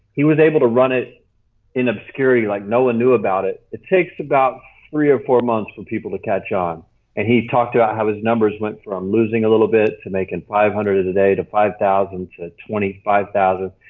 he was able to run it in obscurity, like no one ah knew about it. it takes about three or four months for people to catch on and he talked about how his numbers went from losing a little bit to making five hundred a day to five thousand to twenty five thousand.